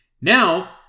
Now